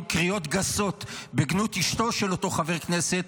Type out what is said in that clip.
קריאות גסות בגנות אשתו של אותו חבר כנסת,